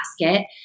basket